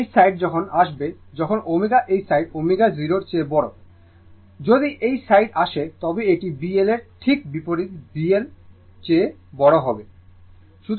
এই সাইডে কখন আসবে যখন ω এই সাইড ω0 চেয়ে বড় যদি এই সাইডে আসে তবে এটি B L এর ঠিক বিপরীতে B L চেয়ে বড় হবে